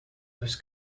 was